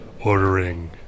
ordering